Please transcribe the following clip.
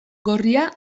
gorria